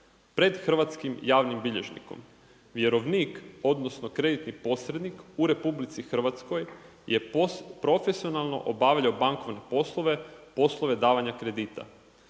pred hrvatskim javnim bilježnikom. Vjerovnik odnosno kreditni posrednik u Republici Hrvatskoj je profesionalno obavljao bankovne poslove, poslove davanja kredita.